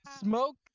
Smoke